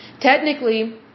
Technically